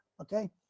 okay